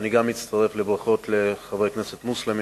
גם אני מצטרף לברכות לחברי הכנסת המוסלמים.